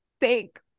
thank